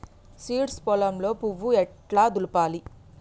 Seeds పొలంలో పువ్వు ఎట్లా దులపాలి?